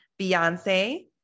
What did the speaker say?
Beyonce